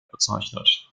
bezeichnet